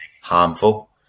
harmful